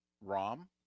Rom